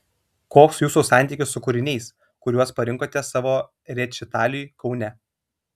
koks jūsų santykis su kūriniais kuriuos parinkote savo rečitaliui kaune